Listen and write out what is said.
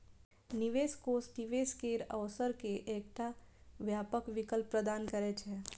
निवेश कोष निवेश केर अवसर के एकटा व्यापक विकल्प प्रदान करै छै